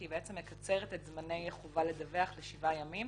כי היא מקצרת את זמני החובה לדווח לשבעה ימים.